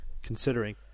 considering